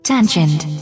Tangent